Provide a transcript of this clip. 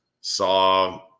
saw